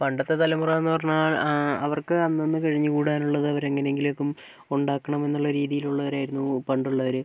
പണ്ടത്തെ തലമുറാന്ന് പറഞ്ഞാൽ അവർക്ക് അന്നന്ന് കഴിഞ്ഞുകൂടാനുള്ളത് അവരെങ്ങനെങ്കിലേക്കും ഉണ്ടാക്കണമെന്നുള്ള രീതിയിലുള്ളവരായിരുന്നു പണ്ടുള്ളവര്